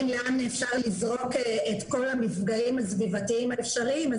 למה אפשר לזרוק את כל המפגעים הסביבתיים האפשריים,